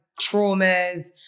traumas